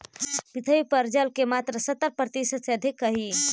पृथ्वी पर जल के मात्रा सत्तर प्रतिशत से अधिक हई